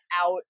out